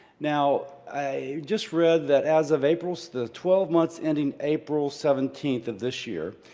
now, i just read that as of april the twelve months ending april seventeenth of this year,